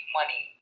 money